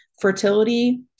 fertility